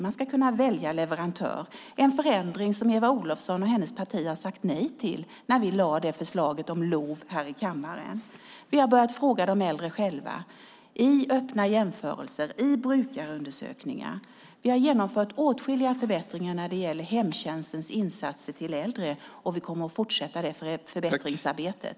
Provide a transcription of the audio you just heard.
Man ska kunna välja leverantör. Det är en förändring som Eva Olofsson och hennes parti sade nej till när vi lade fram förslaget om LOV här i kammaren. Vi har börjat fråga de äldre själva i öppna jämförelser och brukarundersökningar. Vi har genomfört åtskilliga förbättringar när det gäller hemtjänstens insatser till äldre, och vi kommer att fortsätta det förbättringsarbetet.